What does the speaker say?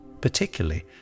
particularly